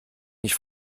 nicht